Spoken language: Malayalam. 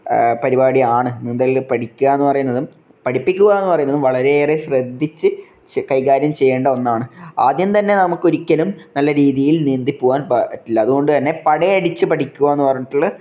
പരിപാടിയാണ് നീന്തല് പഠിക്കുക എന്ന് പറയുന്നതും പഠിപ്പിക്കുക എന്ന് പറയുന്നതും വളരെയേറെ ശ്രദ്ധിച്ച് കൈകാര്യം ചെയ്യേണ്ട ഒന്നാണ് ആദ്യം തന്നെ നമുക്കൊരിക്കലും നല്ല രീതിയിൽ നീന്തിപ്പോകാൻ പറ്റില്ല അതുകൊണ്ട് തന്നെ പട അടിച്ച് പഠിപ്പിക്കുക എന്ന് പറഞ്ഞിട്ടുള്ള